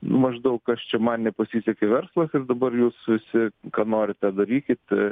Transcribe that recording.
maždaug kas čia man nepasisekė verslas ir dabar jūs visi ką norit tą darykit